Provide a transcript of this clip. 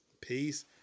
Peace